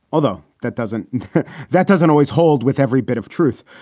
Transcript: although that doesn't that doesn't always hold with every bit of truth.